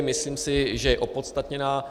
Myslím si, že je opodstatněná.